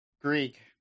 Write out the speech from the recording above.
Greek